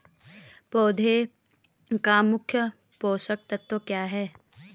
पौधें का मुख्य पोषक तत्व क्या है?